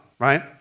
Right